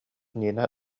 нина